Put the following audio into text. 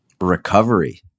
Recovery